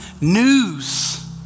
news